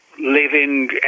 living